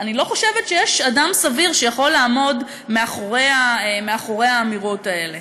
אני לא חושבת שיש אדם סביר שיכול לעמוד מאחורי האמירות האלה.